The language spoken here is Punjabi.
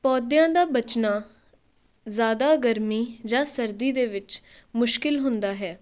ਪੌਦਿਆਂ ਦਾ ਬਚਨਾ ਜ਼ਿਆਦਾ ਗਰਮੀ ਜਾਂ ਸਰਦੀ ਦੇ ਵਿੱਚ ਮੁਸ਼ਕਿਲ ਹੁੰਦਾ ਹੈ